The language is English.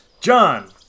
John